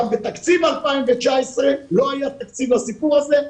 גם בתקציב 2019 לא היה תקציב לסיפור הזה,